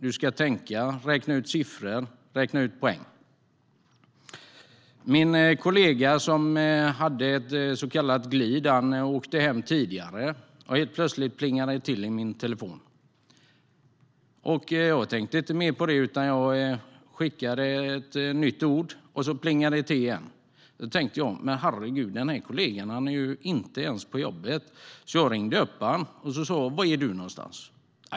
Man ska tänka, räkna ut siffror och räkna ut poäng. Så jag ringde upp honom och frågade: Var är du någonstans?